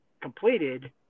completed –